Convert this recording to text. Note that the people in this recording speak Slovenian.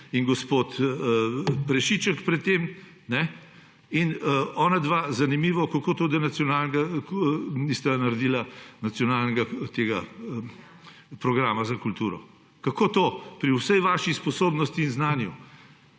in gospod Prešiček pred tem. Onadva, zanimivo – kako to, da nista naredila nacionalnega programa za kulturo? Kako to pri vsej vaši sposobnosti in znanju?!